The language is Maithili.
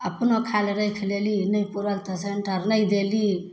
अपनो खाय लए राखि लेली नहि पूरल तऽ सेन्टर नहि देली